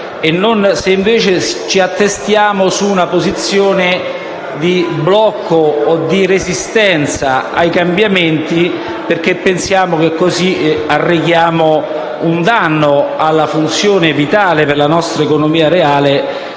se invece ci attestiamo su una posizione di blocco o di resistenza ai cambiamenti perché in tal modo arrecheremmo un danno alla funzione vitale per la nostra economia reale